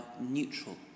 neutral